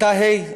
לכיתה ה'.